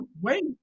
wait